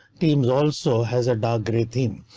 teams also has a dark grey theme.